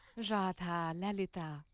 radha! lalita!